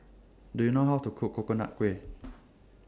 Do YOU know How to Cook Coconut Kuih